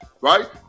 right